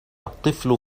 الطفل